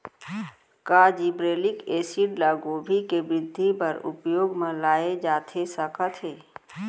का gibberellic acid ल गोभी के वृद्धि बर उपयोग म लाये जाथे सकत हे?